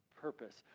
purpose